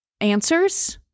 answers